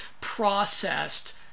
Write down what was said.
processed